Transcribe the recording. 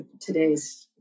today's